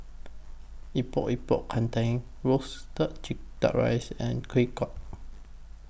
Epok Epok Kentang Roasted Chee Duck Rice and Kueh